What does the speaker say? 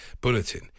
bulletin